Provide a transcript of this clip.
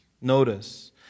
Notice